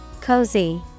Cozy